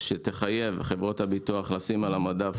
שתחייב את חברות הביטוח לשים על המדף